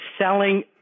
selling